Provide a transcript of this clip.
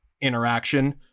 interaction